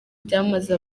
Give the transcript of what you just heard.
byamaze